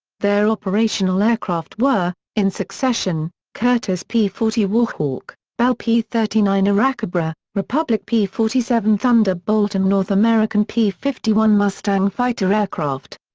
their operational aircraft were, in succession curtiss p forty warhawk, bell p thirty nine airacobra, republic p forty seven thunderbolt and north american p fifty one mustang fighter aircraft.